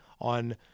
on